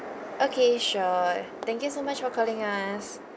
okay sure thank you so much for calling us